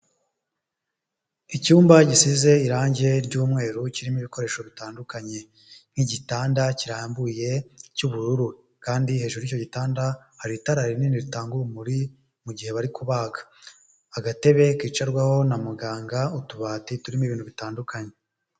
Icyumba gisize irange ry'umweru kirimo ibikoresho bitandukanye nk'igitanda kirambuye cy'ubururu kandi hejuru y'icyo gitanda hari itara rinini ritanga urumuri mu gihe bari kubaga, agatebe kicarwaho na muganga, utubati turimo ibintu bitandukanye.